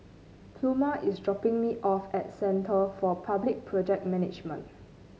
Pluma is dropping me off at Centre for Public Project Management